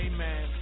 Amen